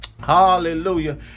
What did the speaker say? hallelujah